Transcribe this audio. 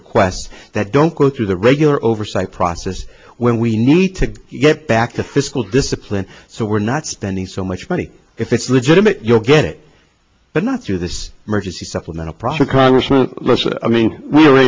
request that don't go through the regular oversight process when we need to get back to fiscal discipline so we're not spending so much money if it's legitimate you'll get it but not through this emergency supplemental proper congressman i mean we